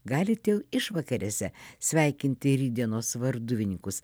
galit jau išvakarėse sveikinti rytdienos varduvininkus